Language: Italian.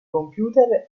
computer